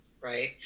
Right